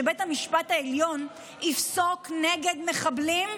שבית המשפט העליון יפסוק נגד מחבלים,